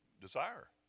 desire